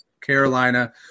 Carolina